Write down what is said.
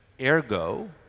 ergo